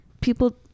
people